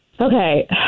Okay